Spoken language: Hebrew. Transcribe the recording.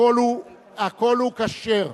הקול הוא כשר.